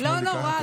לא נורא,